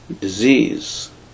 disease